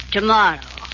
Tomorrow